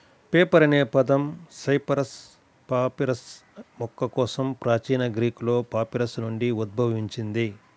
paper అనే పదం cyperus papyrus మొక్క కోసం ప్రాచీన గ్రీకులో పాపిరస్ నుండి ఉద్భవించింది